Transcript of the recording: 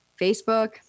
Facebook